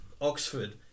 Oxford